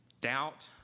doubt